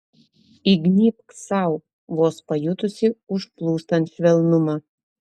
įgnybk sau vos pajutusi užplūstant švelnumą